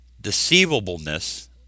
deceivableness